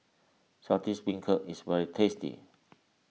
Saltish Beancurd is very tasty